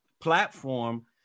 platform